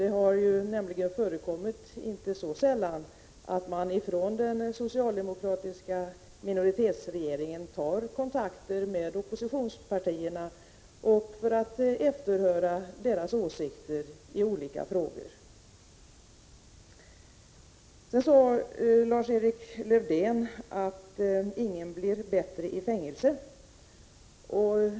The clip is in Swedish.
Det har nämligen inte så sällan förekommit att man från den socialdemokratiska minoritetsregeringen har tagit kontakt med oppositionspartierna för att efterhöra deras åsikter i olika frågor. Lars-Erik Lövdén sade att ingen blir bättre i fängelse.